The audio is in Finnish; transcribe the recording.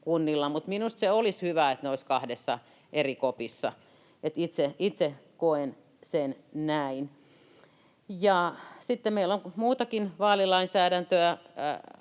kunnilla, mutta minusta se olisi hyvä, että ne olisivat kahdessa eri kopissa. Itse koen sen näin. Sitten meillä on muutakin vaalilainsäädäntöä